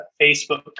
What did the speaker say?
Facebook